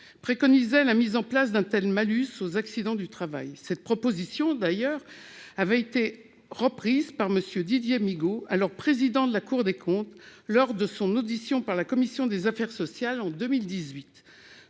préconisait la mise en place d'un tel malus lié aux accidents du travail. Cette proposition a en outre été reprise par M. Didier Migaud, alors Premier président de la Cour des comptes, lors de son audition par notre commission des affaires sociales en 2018.